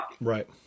right